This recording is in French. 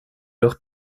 leur